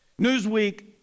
Newsweek